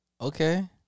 Okay